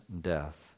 death